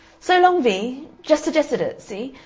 so long, vee! just suggested it. see?